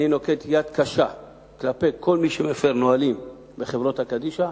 אני נוקט יד קשה כלפי כל מי שמפר נהלים בחברות קדישא.